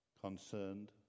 concerned